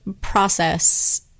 process